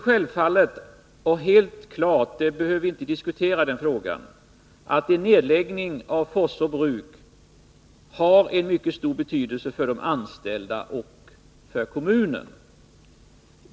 Självfallet har — det är helt klart, så den frågan behöver vi inte diskutera — en nedläggning av Forsså Bruk mycket stor betydelse för de anställda och för kommunen.